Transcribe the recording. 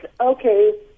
okay